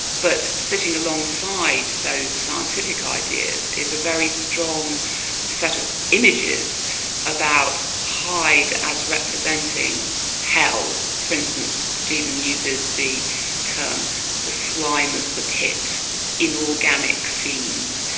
but sitting alongside those scientific ideas is a very strong set of images about hyde as representing hell. for instance, stevenson uses the term the slime of the pit inorganic fiends,